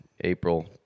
April